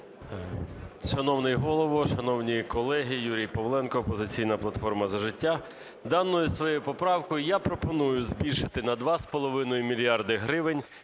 Шановний Голово, шановні колеги. Юрій Павленко, "Опозиційна платформа - За життя". Даною своєю поправкою я пропоную збільшити на 2,5 мільярда гривень